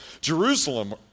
Jerusalem